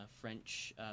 French